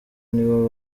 nibo